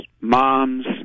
moms